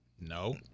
no